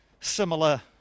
similar